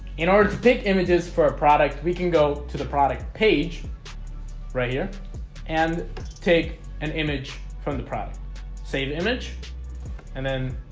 in order to take images for a product we can go to the product page right here and take an image from the product save image and then